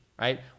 right